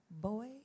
boy